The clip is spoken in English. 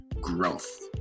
growth